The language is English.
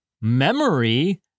memory